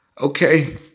Okay